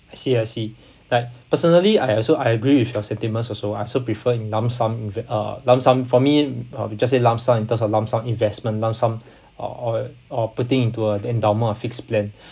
I see I see like personally I also I agree with your sentiments also I still prefer in lump sum inve~ uh lump sum for me uh if you just say lump sum in terms of lump sum investment lump sum or or or putting into a endowment of fixed plan